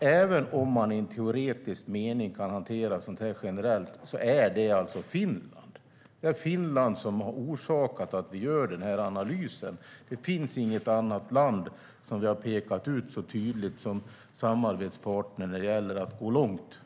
även om man i teoretisk mening kan hantera sådant här generellt, är alltså Finland. Det är Finland som har orsakat att vi gör den här analysen. Det finns inget annat land som vi har pekat ut så tydligt som samarbetspartner när det gäller att gå långt.